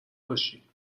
باشی